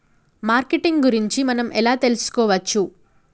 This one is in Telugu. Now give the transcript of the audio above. మార్కెటింగ్ గురించి మనం ఎలా తెలుసుకోవచ్చు?